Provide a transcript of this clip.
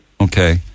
Okay